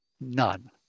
None